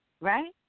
right